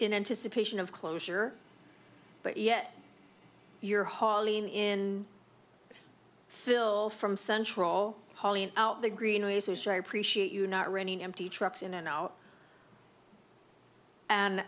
in anticipation of closure but yet you're hauling in phil from central hauling out the greenways we sure appreciate you not running empty trucks in and out and